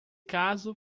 caso